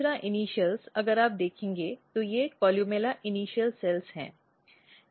तीसरा इनीशियल अगर आप देखेंगे तो ये कोलुमेला प्रारंभिक सेल हैं